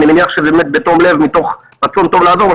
אני מניח שבאמת בתום לב מתוך רצון טוב לעזור,